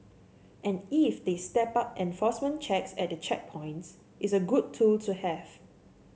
and if they step up enforcement checks at the checkpoints it's a good tool to have